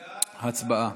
הצבעה.